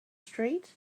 street